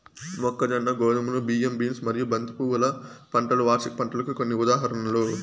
మొక్కజొన్న, గోధుమలు, బియ్యం, బీన్స్ మరియు బంతి పువ్వుల పంటలు వార్షిక పంటలకు కొన్ని ఉదాహరణలు